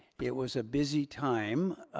it was a busy time.